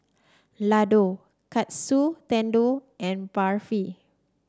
Ladoo Katsu Tendon and Barfi